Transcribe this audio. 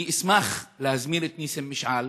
אני אשמח להזמין את ניסים משעל,